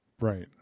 Right